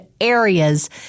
areas